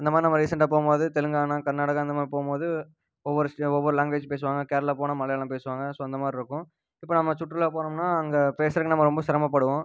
இந்த மாதிரி நம்ம ரீசெண்ட்டாக போகும்போது தெலுங்கானா கர்நாடகா அந்த மாதிரி போகும்போது ஒவ்வொரு ஸ் ஒவ்வொரு லாங்குவேஜ் பேசுவாங்க கேரளா போனால் மலையாளம் பேசுவாங்க ஸோ அந்த மாதிரி இருக்கும் இப்போ நம்ம சுற்றுலா போனோம்னால் அங்கே பேசுகிறக்கு நம்ம ரொம்ப சிரமப்படுவோம்